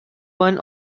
one